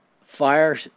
fire